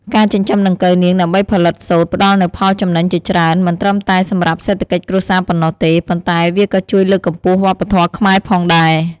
ការចិញ្ចឹមដង្កូវនាងដើម្បីផលិតសូត្រផ្ដល់នូវផលចំណេញជាច្រើន មិនត្រឹមតែសម្រាប់សេដ្ឋកិច្ចគ្រួសារប៉ុណ្ណោះទេ ប៉ុន្តែវាក៏ជួយលើកកម្ពស់វប្បធម៌ខ្មែរផងដែរ។